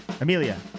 Amelia